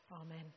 Amen